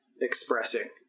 expressing